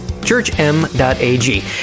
Churchm.ag